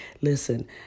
Listen